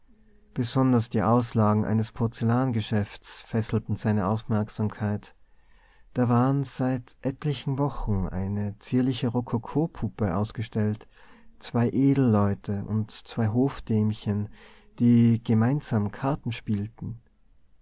besonders die auslagen eines porzellan geschäfts fesselten seine aufmerksamkeit da war seit etlichen wochen eine zierliche rokokopuppe ausgestellt zwei edelleute und zwei hofdämchen die gemeinsam karten spielten